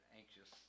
anxious